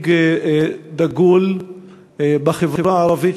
למנהיג דגול בחברה הערבית,